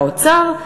את מאבק האוצר,